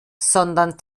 sondern